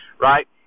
right